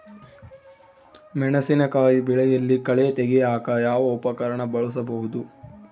ಮೆಣಸಿನಕಾಯಿ ಬೆಳೆಯಲ್ಲಿ ಕಳೆ ತೆಗಿಯಾಕ ಯಾವ ಉಪಕರಣ ಬಳಸಬಹುದು?